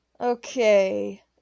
Okay